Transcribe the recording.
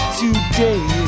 today